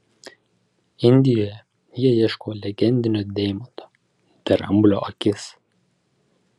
indijoje jie ieško legendinio deimanto dramblio akis